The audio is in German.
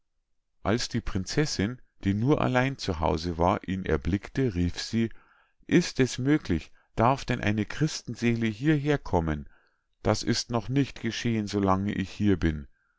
als die prinzessinn die nur allein zu hause war ihn erblickte rief sie ist es möglich darf denn eine christenseele hieherkommen das ist noch nicht geschehen so lange ich hier bin